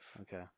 Okay